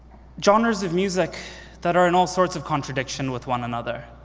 genres of music that are in all sorts of contradictions with one another.